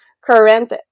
current